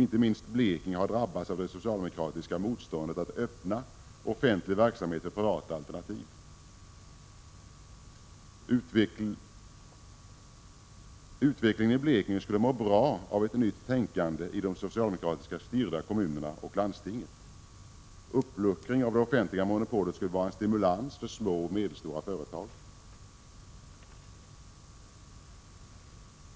Inte minst Blekinge har drabbats av det socialdemokratiska motståndet mot att öppna offentlig verksamhet för privata alternativ. Det skulle vara bra för utvecklingen i Blekinge om man fick ett nytt tänkande i de socialdemokratiskt styrda kommunerna och i landstinget. En uppluckring av det offentliga monopolet skulle vara en stimulans för små och medelstora företag.